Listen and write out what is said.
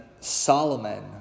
Solomon